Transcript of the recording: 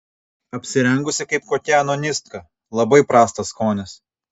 apsirengusi kaip kokia anonistka labai prastas skonis